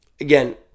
again